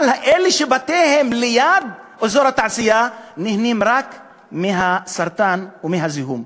אבל אלה שבתיהם ליד אזור התעשייה נהנים רק מהסרטן ומהזיהום,